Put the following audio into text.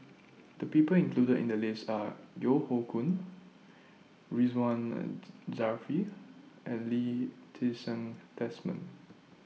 The People included in The list Are Yeo Hoe Koon Ridzwan Dzafir and Lee Ti Seng Desmond